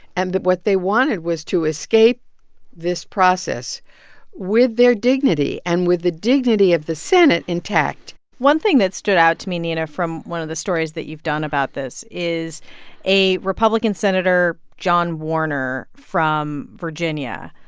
and what they wanted was to escape this process with their dignity and with the dignity of the senate intact one thing that stood out to me, nina, from one of the stories that you've done about this is a republican senator, john warner from virginia,